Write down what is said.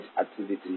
activity